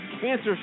cancer